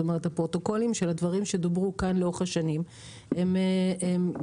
הפרוטוקולים של הדברים שדוברו כאן לאורך השנים הם בעצמם